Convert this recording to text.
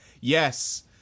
Yes